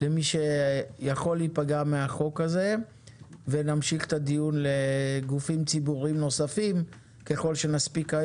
למי שעלול להיפגע מהחוק ונעבור לגופים ציבוריים ככל שנספיק.